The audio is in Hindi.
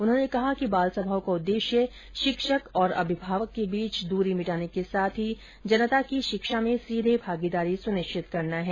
उन्होंने कहा कि बालसभाओं का उद्देश्य शिक्षक और अभिभावक के बीच दूरी मिटाने के साथ ही जनता की शिक्षा में सीधे भागीदारी सुनिश्चित करना है